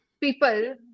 people